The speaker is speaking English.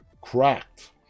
cracked